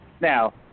Now